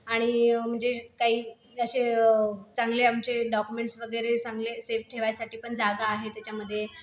आणि म्हणजे काही असे चांगले आमचे डॉक्युमेंट्स वगैरे चांगले सेफ ठेवायसाठीपण जागा आहे त्याच्यामध्ये